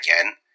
again